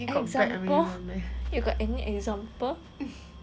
example you got any example